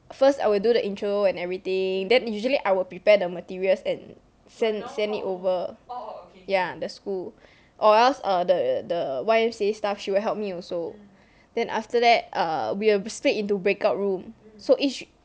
first I will do the intro and everything then usually I will prepare the materials and send send it over ya the school or else err the the Y_M_C_A staff she will help me also then after that err we will split into break out room so each